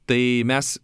tai mes